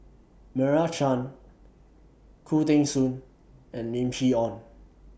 Meira Chand Khoo Teng Soon and Lim Chee Onn